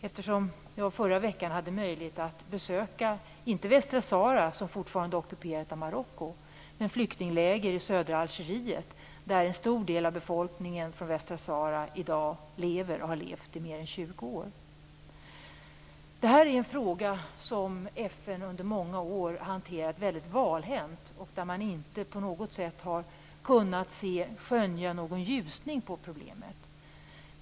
Jag hade i förra veckan möjlighet att besöka inte Västra Sahara, som fortfarande är ockuperat av Marocko, men flyktingläger i södra Algeriet, där en stor del av befolkningen från Västra Sahara i dag lever och har levt i mer än 20 år. Det här är en fråga som FN under många år har hanterat väldigt valhänt och där man inte på något sätt har kunnat skönja någon ljusning på problemet.